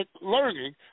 learning